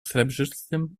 srebrzystym